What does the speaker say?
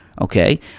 okay